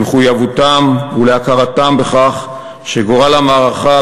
למחויבותם ולהכרתם בכך שגורל המערכה